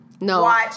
No